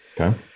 Okay